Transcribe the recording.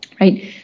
right